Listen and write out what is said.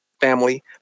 family